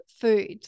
food